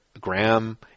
Graham